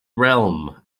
realm